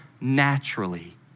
naturally